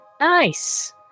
Nice